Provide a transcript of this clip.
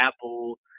Apple